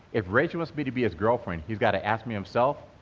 if reggie wants me to be his girlfriend, he got to ask me himself,